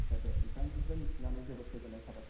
दे दे नोंथांनिफ्राय मिथिनानै जोबोद गोजोननाय थाबाय